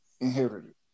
inherited